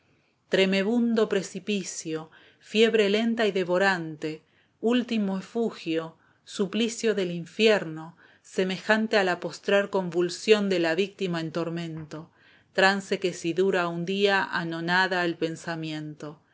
tremebundo precipicio fiebre lenta y devorante ultimo efugio suplicio del infierno semejante a la postrer convulsión de la víctima en tormento trance que si dura un día anonada el pensamiento